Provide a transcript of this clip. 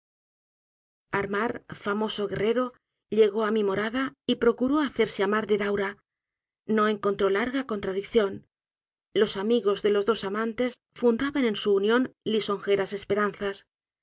armar famoso guerrero llegó á mi morada y procuró hacerse amar de daura no encontró larga contra dicción los amigos de los dos amantes fundaban en su unión lisongeras esperanzas